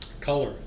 color